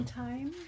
time